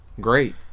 great